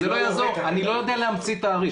זה לא יעזור, אני לא יודע להמציא תאריך.